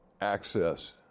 access